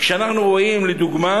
כשאנחנו רואים לדוגמה